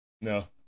no